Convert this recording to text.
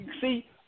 see